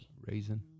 Raisin